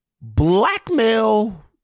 blackmail